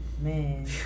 Man